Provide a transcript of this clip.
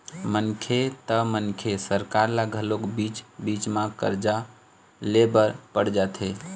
मनखे त मनखे सरकार ल घलोक बीच बीच म करजा ले बर पड़ जाथे